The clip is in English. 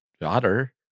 daughter